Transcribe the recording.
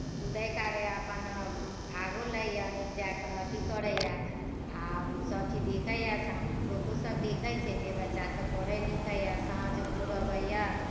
कूदै कारैए अपन भागो लैए नीक जँका अथी करैए आ सभचीज देखैए लोकोसभ देखैत छै जे बच्चासभ पढ़ै लिखैए साँझ भोर अबैए